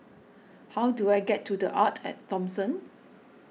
how do I get to the Arte at Thomson